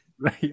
Right